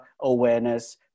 awareness